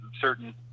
certain